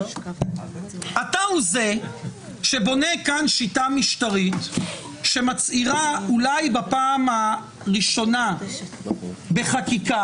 אתה הוא זה שבונה כאן שיטה משטרית שמצהירה אולי בפעם הראשונה בחקיקת